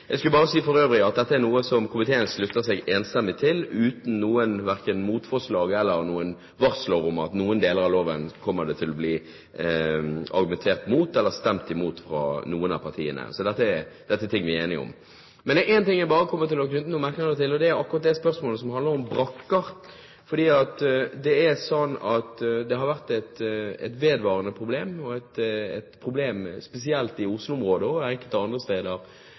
Jeg tenkte jeg skulle knytte en bitte liten merknad til en problemstilling som har vært oppe i diskusjonen. Jeg vil for øvrig si at dette er noe komiteen slutter seg enstemmig til – uten verken motforslag eller varsler om at noen deler av loven kommer til å bli argumentert mot eller stemt mot av noen av partiene. Så dette er ting vi er enige om. Men det er altså en ting jeg kommer til å knytte noen merknader til, og det er spørsmålet som handler om brakker. Det har vært et vedvarende problem, spesielt i Oslo-området og enkelte andre steder